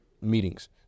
meetings